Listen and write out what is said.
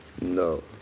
No